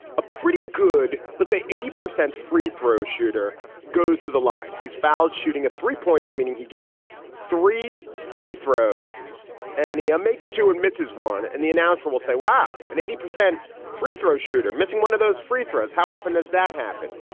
a pretty good, let's say, eighty percent free throw shooter goes to the line, he's fouled shooting a three pointer, meaning he gets three free throws and he um makes two and misses one. and the announcer will say, wow, an eighty percent free throw shooter missing one of those free throws. how often does that happen?